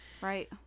right